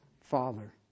Father